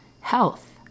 health